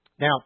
Now